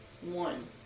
one